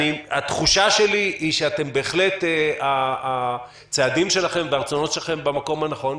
התחושה שלי היא שבהחלט הצעדים והרצונות שלכם הם במקום הנכון.